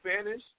Spanish